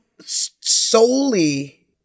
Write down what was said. solely